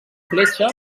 fletxa